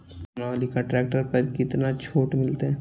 Sonalika tractor पर केतना छूट मिलते?